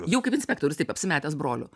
jau kaip inspektorius taip apsimetęs broliu